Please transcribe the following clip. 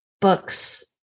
books